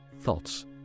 thoughts